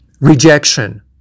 rejection